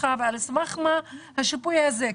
סמך מה השיפוי הזה?